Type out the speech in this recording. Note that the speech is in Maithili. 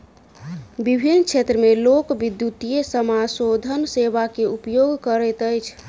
विभिन्न क्षेत्र में लोक, विद्युतीय समाशोधन सेवा के उपयोग करैत अछि